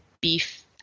beef